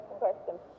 question